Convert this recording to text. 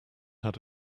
had